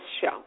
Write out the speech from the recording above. show